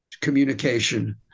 communication